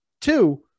Two